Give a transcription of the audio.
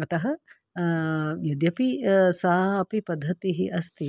अतः यद्यपि सा अपि पद्धतिः अस्ति